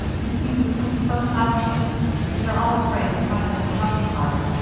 you see, we sleep so soundly that they're all afraid we might get the house afire,